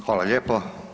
Hvala lijepo.